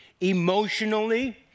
Emotionally